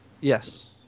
Yes